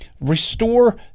restore